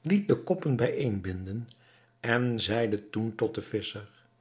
liet de koppen bijeen binden en zeide toen tot den visscher